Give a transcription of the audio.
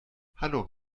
hallo